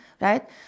right